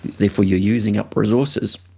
therefore you're using up resources,